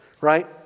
right